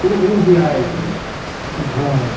कुल गुरु किया नै छै हँ